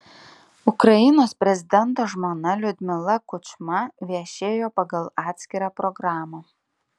ukrainos prezidento žmona liudmila kučma viešėjo pagal atskirą programą